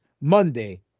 Monday